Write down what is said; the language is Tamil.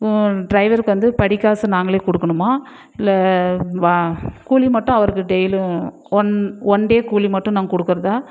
டிரைவருக்கு வந்து படிக்காசு நாங்களே கொடுக்கணுமா இல்லை வா கூலி மட்டும் அவருக்கு டெய்லியும் ஒன் ஒன் டே கூலி மட்டும் நாங்க கொடுக்கறதா